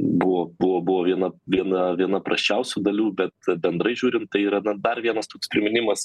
buvo buvo buvo viena viena viena prasčiausių dalių bet bendrai žiūrint tai yra na dar vienas toks priminimas